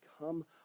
come